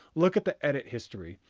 look at the edit history.